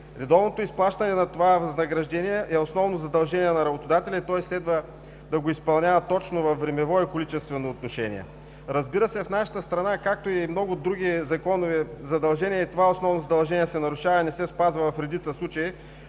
Редовното изплащане на това възнаграждение е основно задължение на работодателя и той следва да го изпълнява точно във времево и в количествено отношение. Разбира се, в нашата страна, както и много други законови задължения, това основно задължение се нарушава и не се спазва в редица случаи